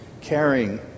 caring